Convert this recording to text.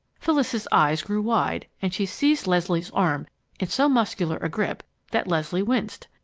phyllis's eyes grew wide and she seized leslie's arm in so muscular a grip that leslie winced.